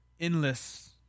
endless